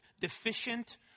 deficient